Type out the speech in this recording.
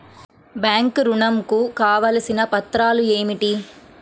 Bank ఋణం కు కావలసిన పత్రాలు ఏమిటి?